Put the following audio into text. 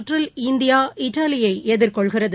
கற்றில் இந்தியா இத்தாவியைஎதிர்கொள்கிறது